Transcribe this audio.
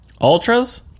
ultras